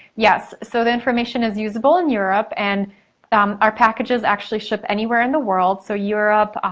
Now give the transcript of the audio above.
yes, so the information is usable in europe and our packages actually ship anywhere in the world so europe,